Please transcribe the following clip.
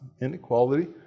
inequality